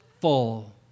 full